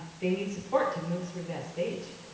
they need support to move through that stage.